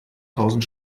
tausend